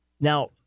Now